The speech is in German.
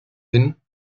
hin